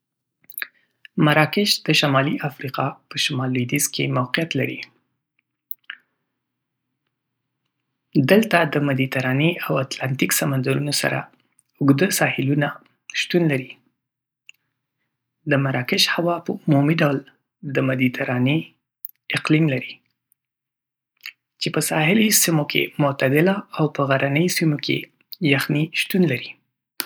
مراکش د شمالي افریقا په شمال لویدیځ کې موقعیت لري. دلته د مدیترانې او اټلانتیک سمندرونو سره اوږده ساحلونه شتون لري. د مراکش هوا په عمومي ډول د مدیترانې اقلیم لري، چې په ساحلي سیمو کې معتدله او په غرنیو سیمو کې یخنۍ شتون لري. په ژمي کې د تودوخې درجه عموماً ۱۰ څخه تر ۲۰ درجې سانتي ګراد پورې وي، او په اوړي کې تر ۳۰ درجې سانتي ګراد پورې رسېږي.